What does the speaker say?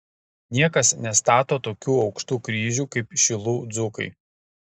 niekas nestato tokių aukštų kryžių kaip šilų dzūkai